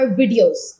videos